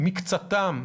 מקצתם,